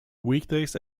weekdays